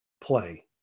play